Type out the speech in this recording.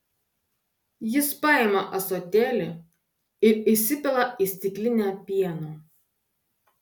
jis paima ąsotėlį ir įsipila į stiklinę pieno